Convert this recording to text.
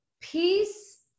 peace